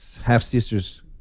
half-sister's